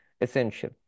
essential